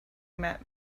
met